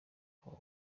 akaba